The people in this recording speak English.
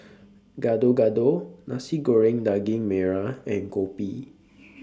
Gado Gado Nasi Goreng Daging Merah and Kopi